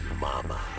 mama